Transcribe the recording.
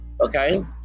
Okay